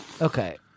okay